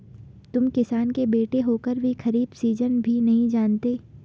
तुम किसान के बेटे होकर भी खरीफ सीजन भी नहीं जानते